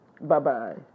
Bye-bye